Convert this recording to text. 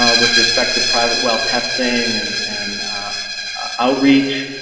ah with respect to private well testing and and outreach,